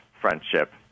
friendship